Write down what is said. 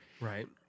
Right